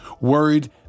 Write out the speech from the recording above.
worried